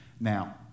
Now